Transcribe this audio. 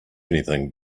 anything